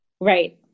Right